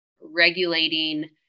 regulating